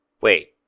Wait